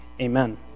amen